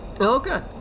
Okay